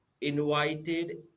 invited